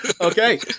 Okay